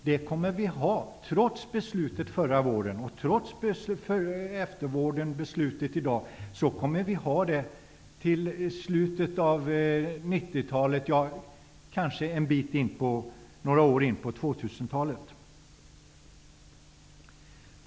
Det kommer vi att ha -- trots beslutet förra våren och trots beslutet i dag -- till slutet av 1990-talet och kanske några år in på 2000-talet.